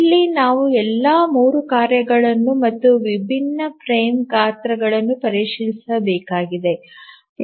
ಇಲ್ಲಿ ನಾವು ಎಲ್ಲಾ 3 ಕಾರ್ಯಗಳನ್ನು ಮತ್ತು ವಿಭಿನ್ನ ಫ್ರೇಮ್ ಗಾತ್ರಗಳನ್ನು ಪರಿಶೀಲಿಸಬೇಕಾಗಿದೆ